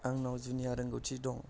आंनाव जुनिया रोंगौथि दं